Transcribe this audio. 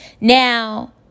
Now